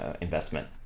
investment